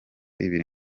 ibiri